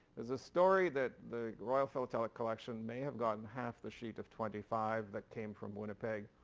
there's a story that the royal philatelic collection may have gotten half the sheet of twenty five that came from winnipeg.